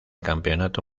campeonato